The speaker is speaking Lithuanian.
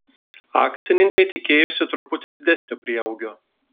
akcininkai tikėjosi truputį didesnio prieaugio